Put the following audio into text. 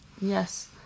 yes